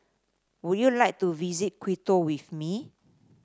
would you like to visit Quito with me